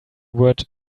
word